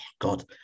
God